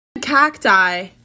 Cacti